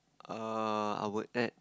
err I would add